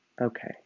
Okay